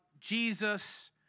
Jesus